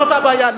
זאת הבעיה.